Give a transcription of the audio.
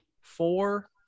four